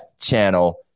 channel